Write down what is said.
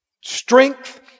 Strength